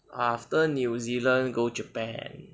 after new zealand go japan